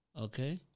Okay